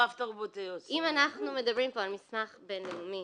אם אנחנו מדברים פה על מסמך בינלאומי